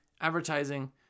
advertising